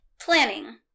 planning